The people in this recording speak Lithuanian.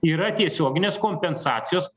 yra tiesioginės kompensacijos